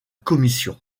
commission